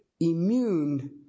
immune